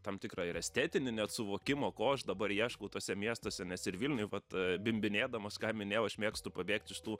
tam tikrą ir estetinį net suvokimą ko aš dabar ieškau tuose miestuose nes ir vilniuj vat bimbinėdamas ką minėjau aš mėgstu pabėgt iš tų